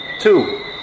Two